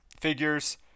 figures